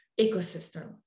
ecosystem